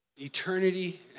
eternity